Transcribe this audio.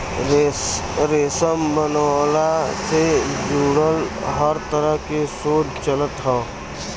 रेशम बनवला से जुड़ल हर तरह के शोध चलत हौ